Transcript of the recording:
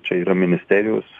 čia yra ministerijos